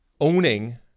owning